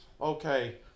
Okay